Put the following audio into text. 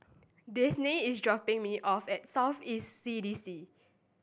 Daisey is dropping me off at South East C D C